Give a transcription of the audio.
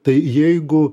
tai jeigu